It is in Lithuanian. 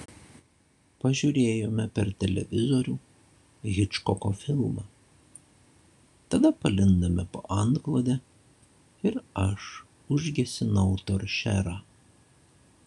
pažiūrėjome per televizorių hičkoko filmą tada palindome po antklode ir aš užgesinau toršerą